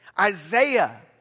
Isaiah